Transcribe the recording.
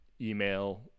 email